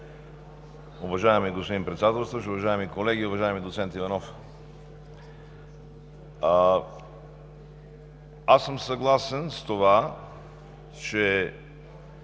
Уважаеми господин Председателстващ, уважаеми колеги! Уважаеми доцент Иванов, аз съм съгласен с това, и